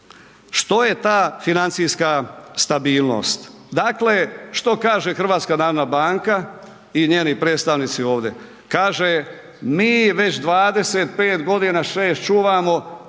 što je ta financijska stabilnost, dakle što kaže HNB i njeni predstavnici ovdje? Kaže, mi već 25 godina 6 čuvamo